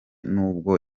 nubwo